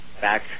back